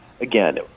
again